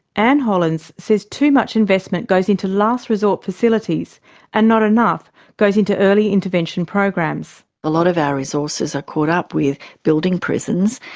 anne hollands says too much investment goes into last resort facilities and not enough goes into early intervention programs. a lot of our resources are caught up with building prisons,